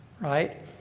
right